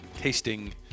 Tasting